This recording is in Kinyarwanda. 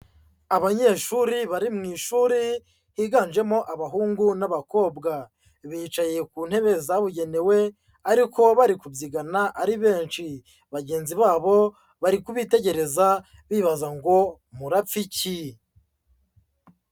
Abanyeshuri bari mu ishuri, higanjemo abahungu n'abakobwa. Bicaye ku ntebe zabugenewe ariko bari kubyigana ari benshi. Bagenzi babo, bari kubitegereza bibaza ngo murapfa iki.